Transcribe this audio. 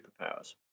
superpowers